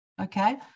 okay